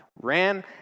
ran